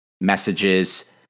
messages